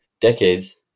decades